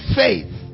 faith